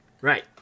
Right